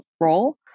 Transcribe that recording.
role